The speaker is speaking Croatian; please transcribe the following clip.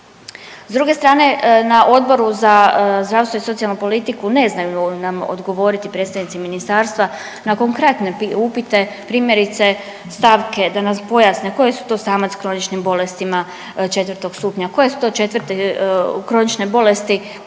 S druge strane na Odboru za zdravstvo i socijalnu politiku ne znaju nam odgovoriti predstavnici ministarstva na konkretne upite, primjerice stavke da nam pojasne koji su to samac s kroničnim bolestima IV stupnja, koje su to IV-te kronične bolesti koje sada